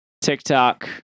TikTok